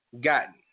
gotten